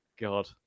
god